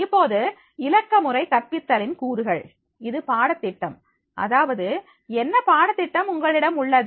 இப்போது இலக்கமுறை கற்பித்தலின் கூறுகள் இது பாடத்திட்டம் அதாவது என்ன பாடத்திட்டம் உங்களிடம் உள்ளது